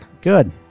Good